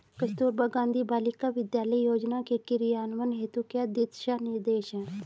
कस्तूरबा गांधी बालिका विद्यालय योजना के क्रियान्वयन हेतु क्या दिशा निर्देश हैं?